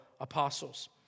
apostles